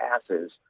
passes